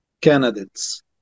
candidates